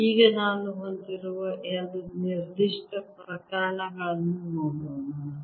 ಈಗ ನಾನು ಹೊಂದಿರುವ ಎರಡು ನಿರ್ದಿಷ್ಟ ಪ್ರಕರಣಗಳನ್ನು ನೋಡೋಣ